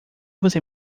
você